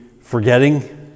forgetting